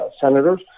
senators